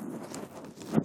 בבקשה.